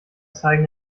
zeigen